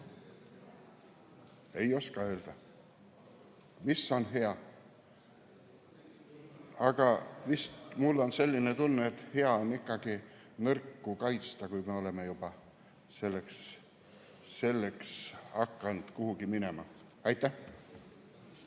Ei oska öelda, mis on hea. Aga mul on selline tunne, et hea on ikkagi nõrku kaitsta, kui me oleme juba selleks hakanud kuhugi minema. Aitäh!